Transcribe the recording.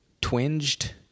twinged